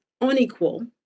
unequal